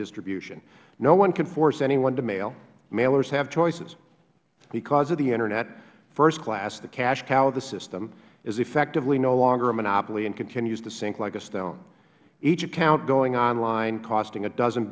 distribution no one can force anyone to mail mailers have choices because of the internet first class the cash cow of the system is effectively no longer a monopoly and continues to sink like a stone each account going online is costing a dozen